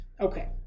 Okay